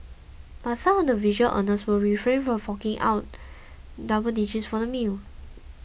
but some of the visual earners will refrain from forking double digits for the meal